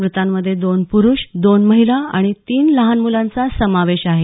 मृतांमध्ये दोन पुरुष दोन महिला आणि तीन लहान मुलांचा समावेश आहे